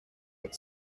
but